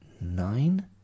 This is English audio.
nine